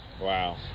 Wow